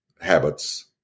habits